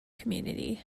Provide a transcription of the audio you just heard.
community